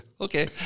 okay